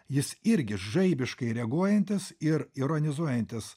jis irgi žaibiškai reaguojantis ir ironizuojantis